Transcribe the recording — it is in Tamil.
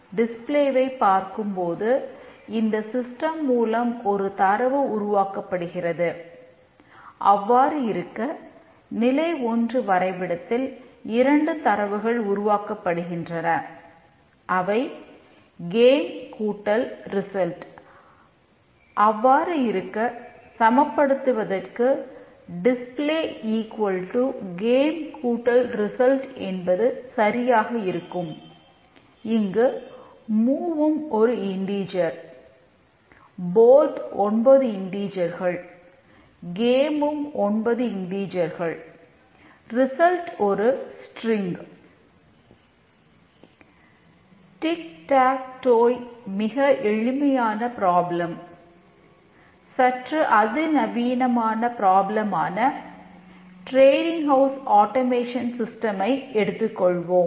டிக் டாக் டோய் ஐ எடுத்துக் கொள்வோம்